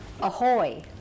Ahoy